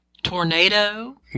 Tornado